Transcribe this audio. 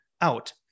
out